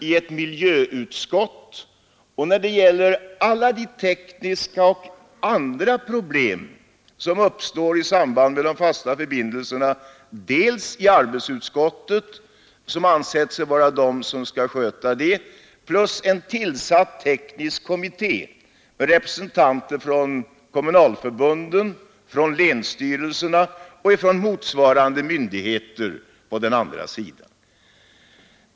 Alla de tekniska och andra problem som uppstår i samband med de fasta förbindelserna sysselsätter dels arbetsutskottet, dels en teknisk kommitté med representanter för kommunalförbunden, för länsstyrelserna i Skåne och för motsvarande myndigheter på den andra sidan.